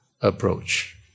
approach